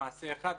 למעשה אחד,